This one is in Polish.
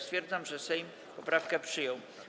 Stwierdzam, że Sejm poprawkę przyjął.